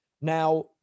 now